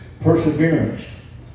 perseverance